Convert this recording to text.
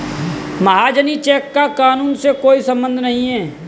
महाजनी चेक का कानून से कोई संबंध नहीं है